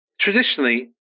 Traditionally